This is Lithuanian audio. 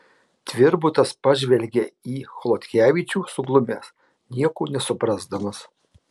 tvirbutas pažvelgia į chodkevičių suglumęs nieko nesuprasdamas